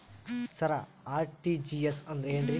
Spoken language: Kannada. ಸರ ಆರ್.ಟಿ.ಜಿ.ಎಸ್ ಅಂದ್ರ ಏನ್ರೀ?